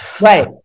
Right